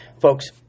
Folks